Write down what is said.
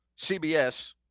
CBS